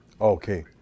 Okay